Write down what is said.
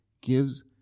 gives